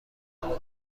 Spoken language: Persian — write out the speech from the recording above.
اومد